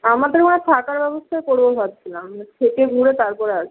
আমাদের ওখানে থাকার ব্যবস্থা করব ভাবছিলাম থেকে ঘুরে তারপরে আসব